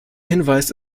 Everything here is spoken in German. hinweis